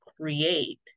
create